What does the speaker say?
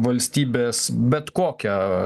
valstybės bet kokią